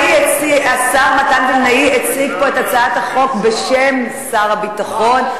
השר מתן וילנאי הציג פה את הצעת החוק בשם שר הביטחון,